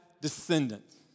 descendants